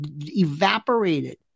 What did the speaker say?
evaporated